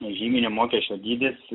žyminio mokesčio dydis